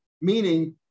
meaning